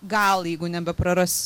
gal jeigu nebepraras